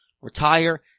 Retire